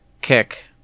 Kick